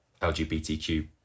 LGBTQ